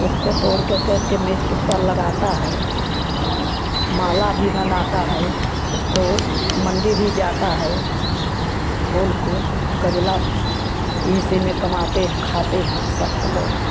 उसको तोड़ कर करके मिर्च पर लगाता है माला भी बनाता है उसको मंडी भी जाता है फूल को गजला इसी में कमाते हैं खाते हैं सब को लोग